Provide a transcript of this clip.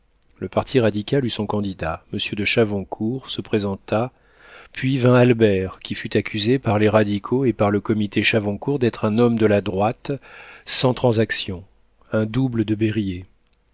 le parti radical eut son candidat monsieur de chavoncourt se présenta puis vint albert qui fut accusé par les radicaux et par le comité chavoncourt d'être un homme de la droite sans transaction un double de berryer